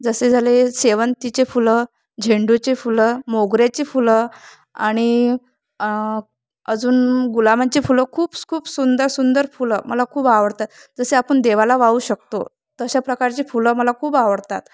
जसे झाले शेवंतीचे फुलं झेंडूचे फुलं मोगऱ्याचे फुलं आणि अजून गुलाबांची फुलं खूप खूप सुंदर सुंदर फुलं मला खूप आवडतात जसे आपण देवाला वाहू शकतो तशा प्रकारची फुलं मला खूप आवडतात